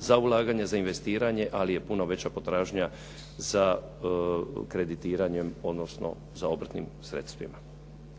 za ulaganje, za investiranje, ali je puno veća potražnja za kreditiranjem, odnosno za obrtnim sredstvima.